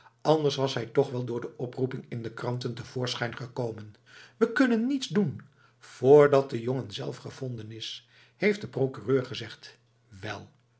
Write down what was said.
anders was hij toch wel door de oproeping in de kranten te voorschijn gekomen we kunnen niets doen voordat de jongen zelf gevonden is heeft de procureur gezegd wel